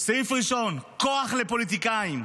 סעיף ראשון, כוח לפוליטיקאים: